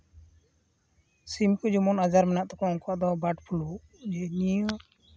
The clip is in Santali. ᱥᱤᱢ ᱠᱚ ᱡᱮᱢᱚᱱ ᱟᱡᱟᱨ ᱢᱮᱱᱟᱜ ᱛᱟᱠᱚᱣᱟ ᱩᱱᱠᱩᱣᱟᱜ ᱫᱚ ᱵᱟᱨᱰ ᱯᱷᱞᱩ